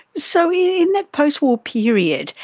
so in that post-war period,